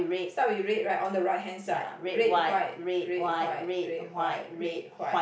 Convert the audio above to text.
start with red right on the right hand side red white red white red white red white